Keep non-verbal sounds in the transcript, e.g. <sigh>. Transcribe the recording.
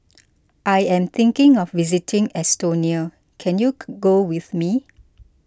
I am thinking of visiting Estonia can you <unintelligible> go with me